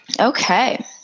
Okay